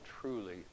truly